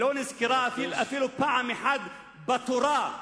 לא נזכרה אפילו פעם אחת בתורה.